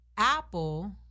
Apple